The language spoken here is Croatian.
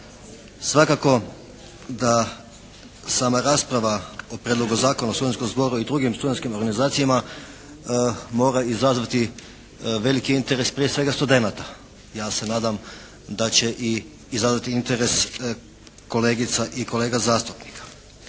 Svakako da sama rasprava o Prijedlogu zakona o studentskom zboru i drugim studentskim organizacijama mora izazvati veliki interes prije svega studenata. Ja se nadam da će izazvati i interes kolegica i kolega zastupnika.